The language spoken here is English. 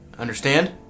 Understand